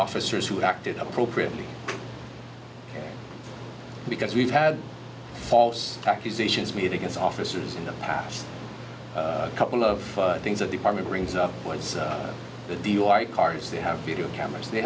officers who acted appropriately because we've had false accusations made against officers in the past couple of things that department brings up towards the dui cars they have video cameras they